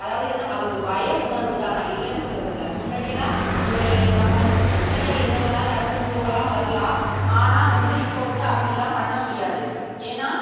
அதாவது எதுனால் அது ஒரு பய உணர்வு தான் நான் இல்லைனு சொல்ல வரல முன்னாடிலான் ஒரு நம்ம ஃப்ரீயாக எங்கே வேணாலும் நடந்து போகலாம் வரலாம் ஆனால் வந்து இப்போ வந்து அப்படில்லாம் பண்ண முடியாது ஏன்னால்